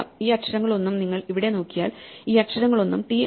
ഈ അക്ഷരങ്ങളൊന്നും നിങ്ങൾ ഇവിടെ നോക്കിയാൽ ഈ അക്ഷരങ്ങളൊന്നും ടി അല്ല